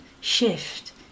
shift